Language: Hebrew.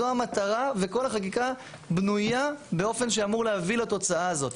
זו המטרה וכל החקיקה בנויה באופן שאמור להביא לתוצאה הזאת.